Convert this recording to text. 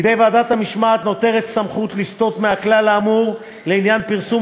בידי ועדת המשמעת נותרת סמכות לסטות מהכלל האמור לעניין פרסום